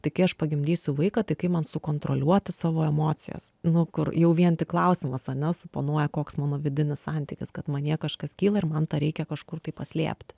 tai kai aš pagimdysiu vaiką tai kaip man sukontroliuoti savo emocijas nu kur jau vien tik klausimas ane suponuoja koks mano vidinis santykis kad manyje kažkas kyla ir man tą reikia kažkur tai paslėpti